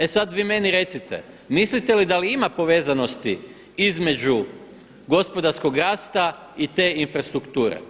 E sada vi meni recite mislite li da ima povezanosti između gospodarskog rasta i te infrastrukture.